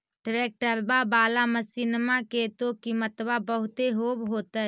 ट्रैक्टरबा बाला मसिन्मा के तो किमत्बा बहुते होब होतै?